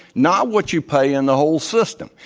not what you pay in the whole system.